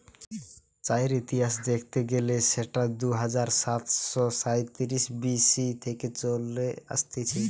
চায়ের ইতিহাস দেখতে গেলে সেটা দুই হাজার সাতশ সাইতিরিশ বি.সি থেকে চলে আসতিছে